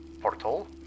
portal